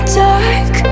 dark